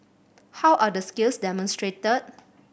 how are the skills demonstrated